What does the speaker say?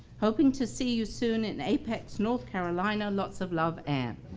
hoping to see you soon in apex north carolina. lots of love, ann.